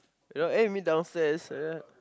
you know eh meet downstairs ya